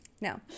no